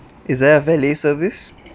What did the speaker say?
is there a valet service